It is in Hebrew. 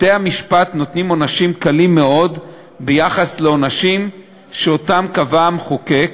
בתי-המשפט נותנים עונשים קלים מאוד יחסית לעונשים שקבע המחוקק